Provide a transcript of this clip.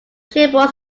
sherborne